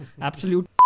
Absolute